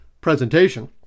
presentation